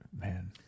Man